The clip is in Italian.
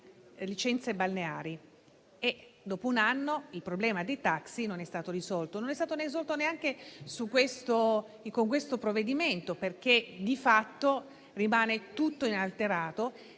licenze balneari. Dopo un anno, il problema dei taxi non è stato risolto, neanche con questo provvedimento, perché di fatto rimane tutto inalterato,